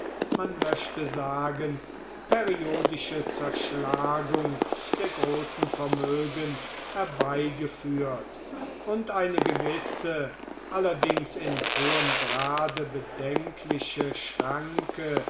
man möchte sagen periodische zerschlagung der großen vermögen herbeigeführt und eine gewisse allerdings in hohem grade bedenkliche schranke